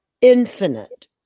infinite